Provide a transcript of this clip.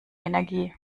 energie